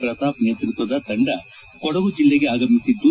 ಪ್ರತಾಪ್ ನೇತೃತ್ವದ ತಂಡ ಕೊಡಗು ಜಲ್ಲೆಗೆ ಆಗಮಿಸಿದ್ದು